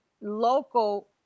local